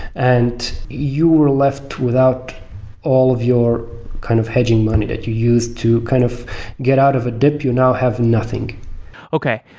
and you are left without all of your kind of hedging money that you used to kind of get out of a dip. you now have nothing okay.